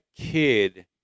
kid